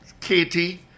Katie